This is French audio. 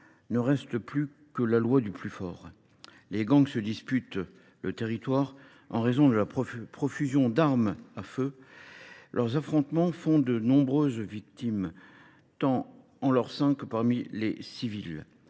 désormais que la loi du plus fort. Les gangs s’y disputent le territoire en raison de la profusion d’armes à feu et leurs affrontements font de nombreuses victimes, tant au sein des bandes armées que parmi les civils.